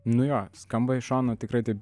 nu jo skamba iš šono tikrai taip